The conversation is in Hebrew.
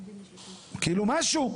כאילו, משהו.